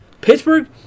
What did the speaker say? Pittsburgh